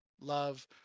love